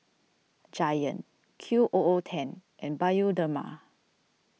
Giant Q O O ten and Bioderma